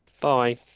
Bye